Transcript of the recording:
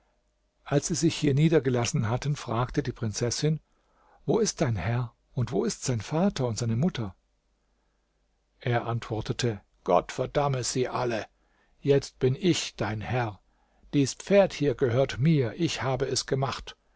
als sie sich hier niedergelassen hatten fragte die prinzessin wo ist dein herr und wo ist sein vater und seine mutter er antwortete gott verdamme sie alle jetzt bin ich dein herr dies pferd hier gehört mir ich habe es gemacht